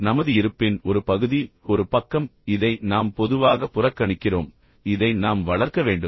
எனவே நமது இருப்பின் ஒரு பகுதி நமது இருப்பின் ஒரு பக்கம் இதை நாம் பொதுவாக புறக்கணிக்கிறோம் இதை நாம் வளர்க்க வேண்டும்